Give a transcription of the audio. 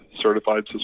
Certified